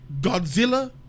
Godzilla